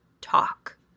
talk